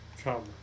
come